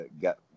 got